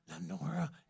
Lenora